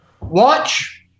watch